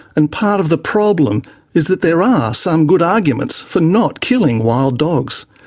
and part of the problem is that there are some good arguments for not killing wild dogs.